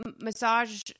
massage